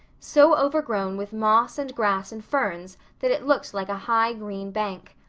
so overgrown with moss and grass and ferns that it looked like a high, green bank.